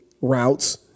routes